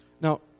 Now